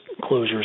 closures